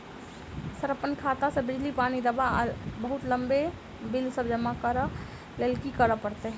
Sir अप्पन खाता सऽ बिजली, पानि, दवा आ बहुते बिल सब जमा करऽ लैल की करऽ परतै?